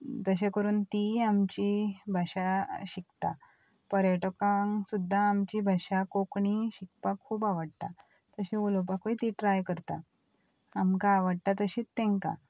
तशें करून तींय आमची भाशा शिकता पर्यटकांक सुद्दां आमची भाशा कोंकणी शिकपाक खूब आवडटा तशी उलोवपाकूय तीं ट्राय करता आमकां आवडटा तशीत तेंकां